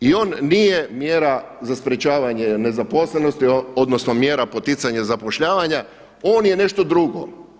I on nije mjera za sprečavanje nezaposlenosti odnosno mjera poticanja zapošljavanja, on je nešto drugo.